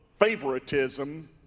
favoritism